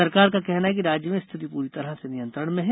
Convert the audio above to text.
सरकार का कहना है की राज्य में स्थिति पूरीतरह से नियंत्रण में है